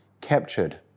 captured